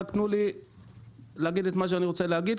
רק תנו לי להגיד את מה שאני רוצה להגיד,